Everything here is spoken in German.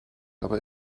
aber